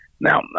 Now